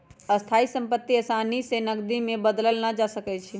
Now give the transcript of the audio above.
स्थाइ सम्पति असानी से नकदी में बदलल न जा सकइ छै